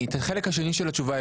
היה הפרש של שניים?